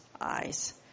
eyes